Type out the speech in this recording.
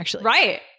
Right